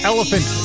Elephant